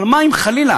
אבל מה אם חלילה